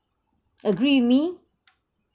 agree with me